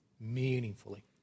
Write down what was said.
meaningfully